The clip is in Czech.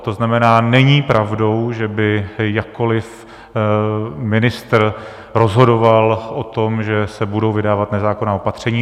To znamená, není pravdou, že by jakkoli ministr rozhodoval o tom, že se budou vydávat nezákonná opatření.